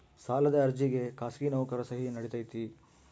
ಸಾಲದ ಅರ್ಜಿಗೆ ಖಾಸಗಿ ನೌಕರರ ಸಹಿ ನಡಿತೈತಿ?